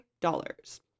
dollars